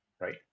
right